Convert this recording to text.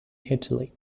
italy